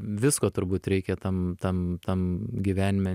visko turbūt reikia tam tam tam gyvenime